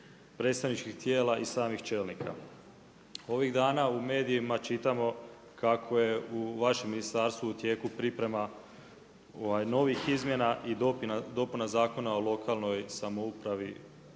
predstavničkih tijela i samih čelnika. Ovih dana u medijima čitamo kako je u vašem ministarstvu u tijeku priprema novih Izmjena i dopunama Zakona o lokalnoj samoupravi